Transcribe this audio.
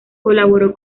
colaboró